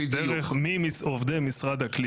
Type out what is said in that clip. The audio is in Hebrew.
עד שקולטים עובדים בשירות הציבורי אולי זה יהיה אחרי המצב הזה.